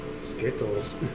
Skittles